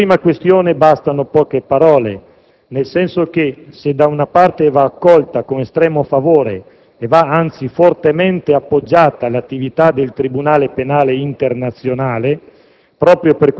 la prima questione, bastano poche parole, perché, se da una parte va accolta con estremo favore e, anzi, fortemente appoggiata l'attività del Tribunale penale internazionale,